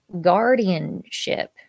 guardianship